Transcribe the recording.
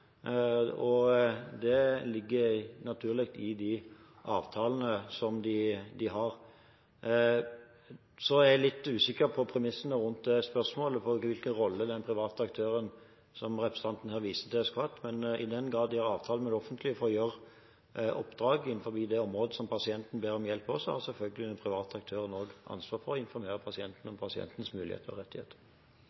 Det ligger naturlig i de avtalene som de har. Så er jeg litt usikker på premissene rundt det spørsmålet, på hvilken rolle den private aktøren som representanten her viser til, skulle hatt. Men i den grad de har avtaler med det offentlige for å gjøre oppdrag innen det området hvor pasienten ber om hjelp, har selvfølgelig også den private aktøren ansvar for å informere pasienten